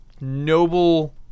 noble